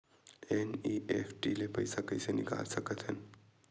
NEFT ले पईसा कइसे निकाल सकत हन?